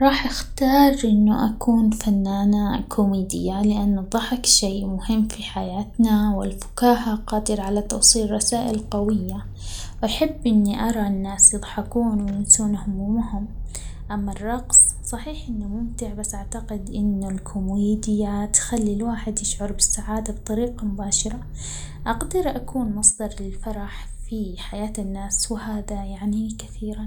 راح اختار إنه أكون فنانة كوميدية؛ لأن الضحك شيء مهم في حياتنا ،والفكاهة قادرة على توصيل رسائل قوية ،أحب إني أرى الناس يضحكون ،وينسون همومهم، أما الرقص صحيح إنه ممتع ،بس أعتقد أنه الكوميديا بتخلى الواحد يشعر بالسعادة بطريقة مباشرة، أقدر أكون مصدر للفرح في حياة الناس وهذا يعني كثيرا.